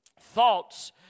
thoughts